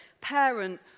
parent